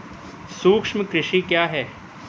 सूक्ष्म कृषि क्या है?